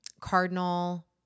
cardinal